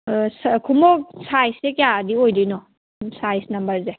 ꯑꯥ ꯈꯣꯡꯎꯞ ꯁꯥꯏꯖꯇꯤ ꯀꯌꯥꯗꯤ ꯑꯣꯏꯗꯣꯏꯅꯣ ꯁꯥꯏꯖ ꯅꯝꯕꯔꯁꯦ